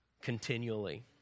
continually